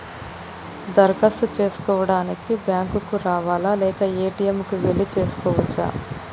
దరఖాస్తు చేసుకోవడానికి బ్యాంక్ కు రావాలా లేక ఏ.టి.ఎమ్ కు వెళ్లి చేసుకోవచ్చా?